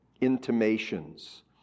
Intimations